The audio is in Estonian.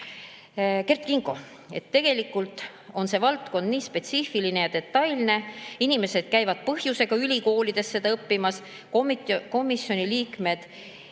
Kert Kingo, et tegelikult on see valdkond nii spetsiifiline ja detailne, inimesed käivad põhjusega ülikoolis seda õppimas, komisjoni liikmed